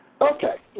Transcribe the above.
Okay